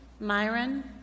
Myron